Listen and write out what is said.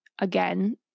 again